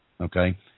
okay